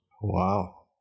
wow